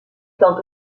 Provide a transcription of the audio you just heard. tente